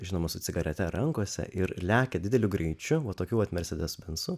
žinoma su cigarete rankose ir lekia dideliu greičiu va tokiu vat mersedes benzu